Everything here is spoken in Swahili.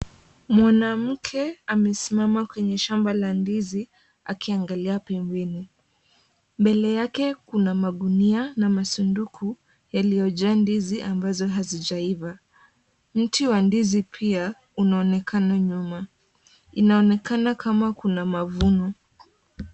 Mwanamke amesimama kwenye shamba la ndizi akiangalia pembeni. Mbele yake kuna magunia na masanduku yaliyojaa ndizi ambazo hazijaiva. Mti wa ndizi pia unaonekana nyuma. Inaonekana kama kuna mavuno.